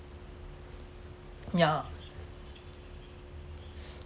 yeah